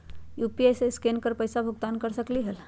UPI से scan कर पईसा भुगतान कर सकलीहल?